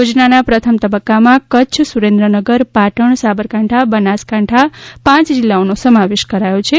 યોજનાના પ્રથમ તબક્કામાં કચ્છ સુરેન્દ્રનગર પાટણ સાબરકાંઠા બનાસકાંઠા પાંચ જિલ્લાનો સમાવેશ કરાયો છે